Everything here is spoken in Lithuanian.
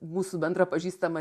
mūsų bendra pažįstama